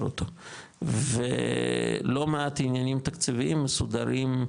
אותו ולא מעט עניינים תקציביים מסודרים,